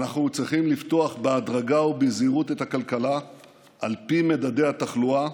אנחנו צריכים לפתוח בהדרגה ובזהירות את הכלכלה על פי מדדי התחלואה,